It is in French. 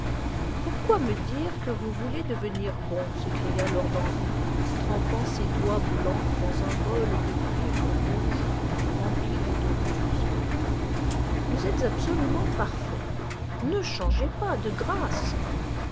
ourquoi me dire que vous voulez devenir bon s'écria lord henry trempant ses doigts blancs dans un bol de cuivre rouge rempli d'eau de rose vous êtes absolument parfait ne changez pas de grâce